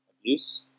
Abuse